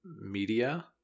media